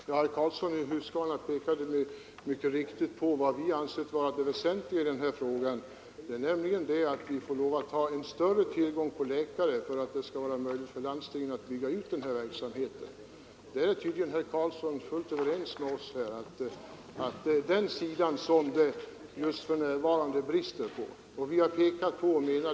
Herr talman! Herr Karlsson i Huskvarna pekade på vad vi ansett vara det väsentliga i denna fråga, nämligen att vi måste få en bättre tillgång till läkare för att det skall bli möjligt för landstingen att bygga ut denna verksamhet. Herr Karlsson är tydligen helt överens med oss om att det är på den sidan vi för närvarande har de största bristerna.